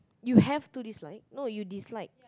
you have to dislike no you dislike